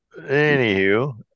Anywho